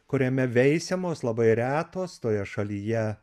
kuriame veisiamos labai retos toje šalyje